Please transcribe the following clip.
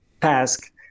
task